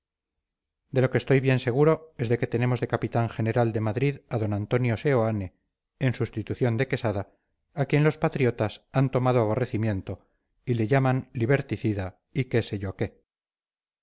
de lo que estoy bien seguro es de que tenemos de capitán general de madrid a d antonio seoane en sustitución de quesada a quien los patriotas han tomado aborrecimiento y le llaman liberticida y qué sé yo qué